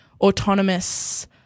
autonomous